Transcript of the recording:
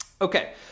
Okay